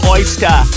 Oyster